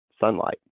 sunlight